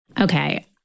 Okay